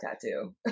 tattoo